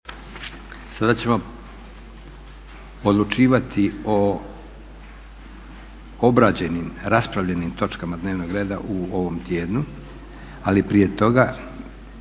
Sada ćemo odlučivati o obrađenim, raspravljenim točkama dnevnog reda u ovom tjednu, ali prije toga